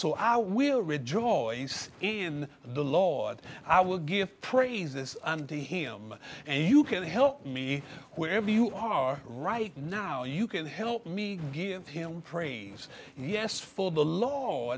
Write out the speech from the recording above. so i will rejoice in the law i will give praises to him and you can help me wherever you are right now you can help me give him praise yes full of the law